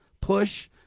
push